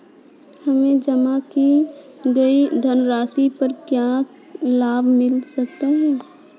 हमें जमा की गई धनराशि पर क्या क्या लाभ मिल सकता है?